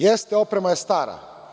Jeste, oprema je stara.